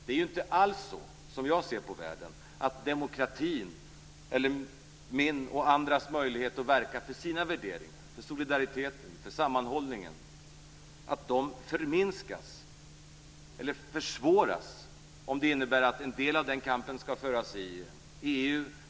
Det är ju inte alls så - som jag ser på världen - att demokratin, eller min och andras möjlighet att verka för sina värderingar, för solidariteten, för sammanhållningen, förminskas eller försvåras om en del av kampen skall föras i EU.